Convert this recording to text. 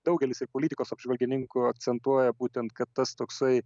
daugelis ir politikos apžvalgininkų akcentuoja būtent kad tas toksai